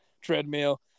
treadmill